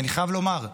ואני חייב לומר,